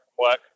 work